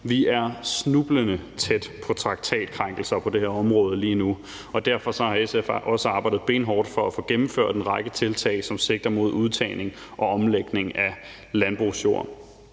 Vi er snublende tæt på traktatkrænkelser på det her område lige nu, og derfor har SF også arbejdet benhårdt for at få gennemført en række tiltag, som sigter mod udtagning og omlægning af landbrugsjord.